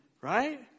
Right